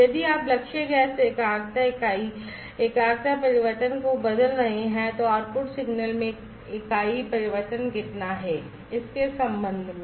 यदि आप लक्ष्य गैस एकाग्रता इकाई एकाग्रता परिवर्तन को बदल रहे हैं तो आउटपुट सिग्नल में इकाई परिवर्तन कितना है इसके संबंध में